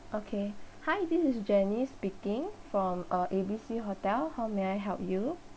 okay hi this is janice speaking from uh A_B_C hotel how may I help you